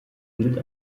gilt